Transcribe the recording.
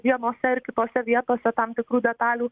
vienose ar kitose vietose tam tikrų detalių